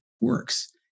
works